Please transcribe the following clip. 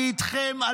אני איתכם,